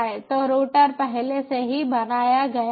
तो राउटर पहले से ही बनाया गया है